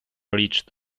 reached